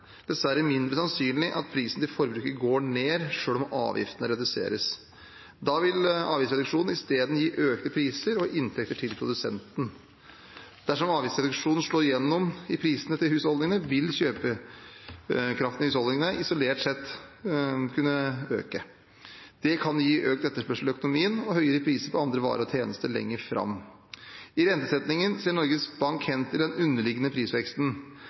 dessverre mindre sannsynlig at prisen til forbruker går ned selv om avgiftene reduseres. Da vil avgiftsreduksjonen i stedet gi økte priser og inntekter til produsenten. Dersom avgiftsreduksjonen slår gjennom i prisene til husholdningene, vil kjøpekraften i husholdningene isolert sett kunne øke. Det kan gi økt etterspørsel i økonomien og høyere priser på andre varer og tjenester lenger fram. I rentesettingen ser Norges Bank hen til den underliggende prisveksten.